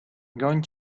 going